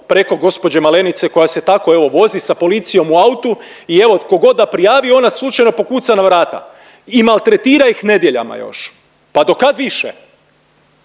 preko gospođe Malenice koja se tako evo vozi sa policijom u autu i evo tko god da prijavi ona slučajno pokuca na vrata i maltretira ih nedjeljama još. Pa do kad više?